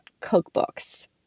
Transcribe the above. cookbooks